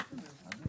שאתה מאוד